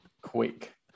quick